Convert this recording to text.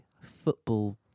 football